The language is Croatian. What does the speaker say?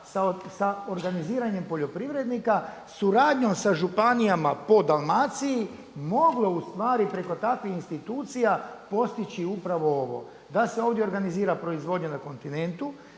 sa organiziranjem poljoprivrednika, suradnjom sa županijama po Dalmaciji, moglo ustvari preko takvih institucija postići upravo ovo, da se ovdje organizira proizvodnja na kontinentu,